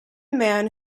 man